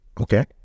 Okay